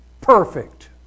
perfect